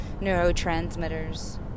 neurotransmitters